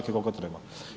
koliko treba.